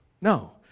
No